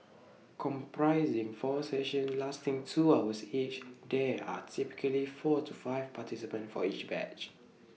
comprising four sessions lasting two hours each there are typically four to five participants for each batch